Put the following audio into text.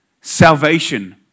Salvation